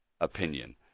opinion